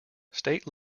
state